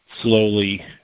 slowly